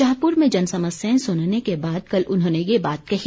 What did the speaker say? शाहपुर में जन समस्याएं सुनने के बाद कल उन्होंने ये बात कही